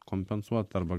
kompensuot arba